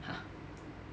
!huh!